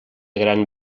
gran